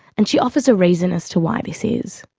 and she offers a reason as to why this is.